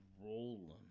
rolling